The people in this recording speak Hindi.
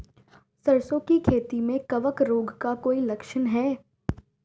सरसों की खेती में कवक रोग का कोई लक्षण है?